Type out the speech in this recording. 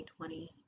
2020